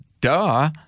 duh